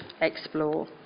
explore